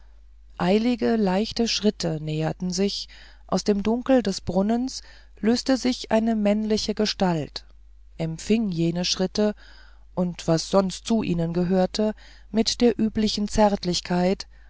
eilige leichte schritte näherten sich aus dem dunkel des brunnens löste sich eine männliche gestalt empfing jene schritte und was sonst zu ihnen gehörte mit der üblichen zärtlichkeit